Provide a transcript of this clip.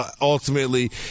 ultimately